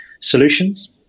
solutions